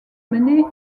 mener